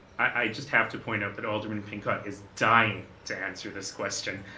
i just have to point out that alderman pincott is dying to answer this question.